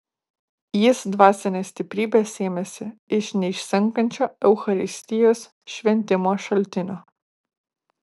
jis dvasinės stiprybės sėmėsi iš neišsenkančio eucharistijos šventimo šaltinio